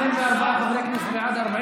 24 חברי כנסת בעד,